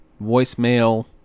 voicemail